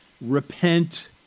repent